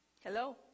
Hello